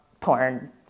porn